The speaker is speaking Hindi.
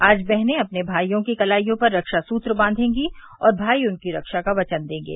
आज बहने अपने भाईयों की कलाइयों पर रक्षा सूत्र बांवेगी और भाई उनकी रक्षा का वचन देंगे